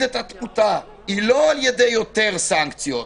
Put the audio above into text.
את התמותה היא לא על ידי יותר סנקציות,